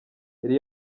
yari